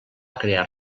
crear